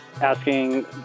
asking